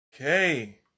Okay